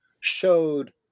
showed